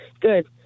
Good